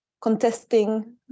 contesting